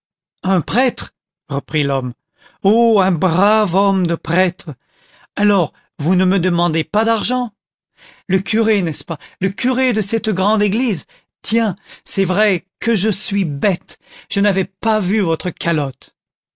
un prêtre reprit l'homme oh un brave homme de prêtre alors vous ne me demandez pas d'argent le curé n'est-ce pas le curé de cette grande église tiens c'est vrai que je suis bête je n'avais pas vu votre calotte